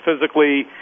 physically